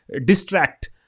distract